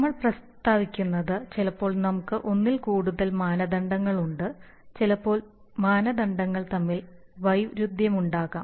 നമ്മൾ പ്രസ്താവിക്കുന്നത് ചിലപ്പോൾ നമുക്ക് ഒന്നിൽ കൂടുതൽ മാനദണ്ഡങ്ങളുണ്ട് ചിലപ്പോൾ മാനദണ്ഡങ്ങൾ തമ്മിൽ വൈരുദ്ധ്യമുണ്ടാകാം